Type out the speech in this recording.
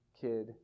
kid